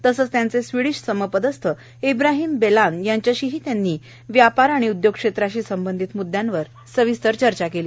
तसंच त्यांचे स्वीडिश समपदस्थ इब्राहिम बेलान यांच्याशीही त्यांनी व्यापार आणि उद्योग क्षेत्राशी संबंधित म्द्यांवर सविस्तर चर्चा केली